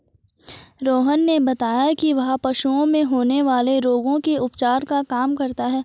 रोहन ने बताया कि वह पशुओं में होने वाले रोगों के उपचार का काम करता है